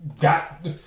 got